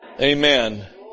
Amen